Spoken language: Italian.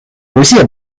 poesie